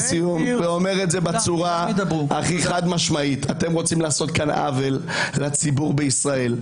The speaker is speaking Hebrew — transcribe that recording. חד משמעית אתם רוצים לעשות עוול לציבור בישראל.